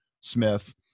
smith